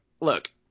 look